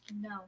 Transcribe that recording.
No